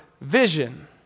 vision